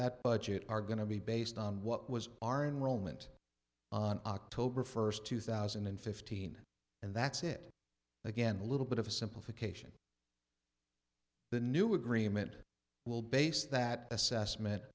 that budget are going to be based on what was our in rome and on october first two thousand and fifteen and that's it again a little bit of a simplification the new agreement will base that assessment